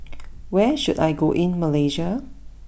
where should I go in Malaysia